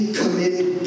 committed